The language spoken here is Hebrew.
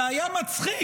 זה היה מצחיק